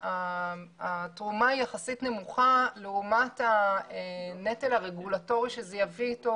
התרומה היא יחסית נמוכה לעומת הנטל הרגולטורי שזה יביא אתו,